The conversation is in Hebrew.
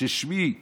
ששמי ה'